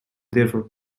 therefore